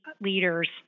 leaders